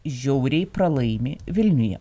žiauriai pralaimi vilniuje